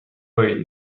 away